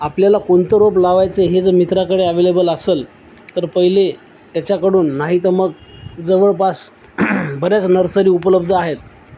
आपल्याला कोणतं रोप लावायचं हे ज मित्राकडे अव्लेबल असलं तर पहिले त्याच्याकडून नाहीत मग जवळपास बऱ्याच नर्सरी उपलब्ध आहेत